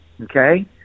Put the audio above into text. okay